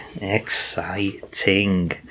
Exciting